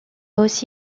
aussi